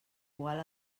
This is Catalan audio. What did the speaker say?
igual